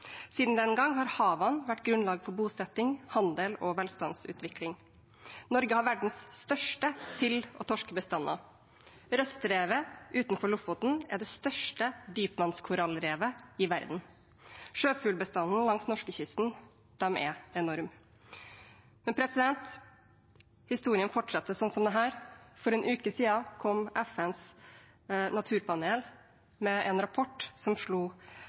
siden. Siden den gang har havene vært grunnlag for bosetting, handel og velstandsutvikling. Norge har verdens største silde- og torskebestander. Røstrevet utenfor Lofoten er det største dypvannskorallrevet i verden. Sjøfuglbestandene langs norskekysten er enorme. Men historien fortsetter slik: For en uke siden kom FNs naturpanel med en rapport som slo